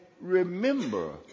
remember